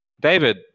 David